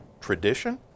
tradition